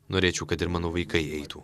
norėčiau kad ir mano vaikai eitų